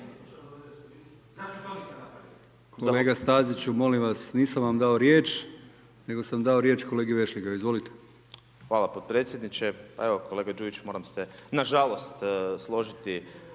Kolega Staziću, molim vas nisam vam dao riječ, nego sam dao riječ kolegi Vešligaju. Izvolite. **Vešligaj, Marko (SDP)** Hvala potpredsjedniče. Evo kolega Đujić, moram se na žalost složiti